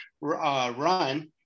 run